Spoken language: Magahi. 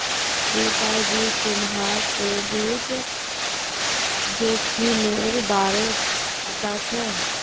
रीता जी, तुम्हाक क्रेडिट जोखिमेर बारे पता छे?